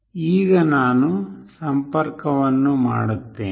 ಈಗ ನಾನು ಸಂಪರ್ಕವನ್ನು ಮಾಡುತ್ತೇನೆ